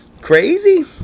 crazy